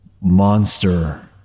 monster